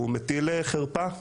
הוא מטיל חרפה,